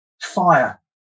fire